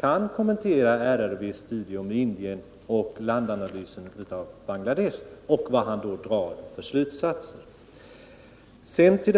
kan kommentera RRV:s studier beträffande Indien och landanalysen av Bangladesh. Jag har då bett honom tala om vilka slutsatser han drar.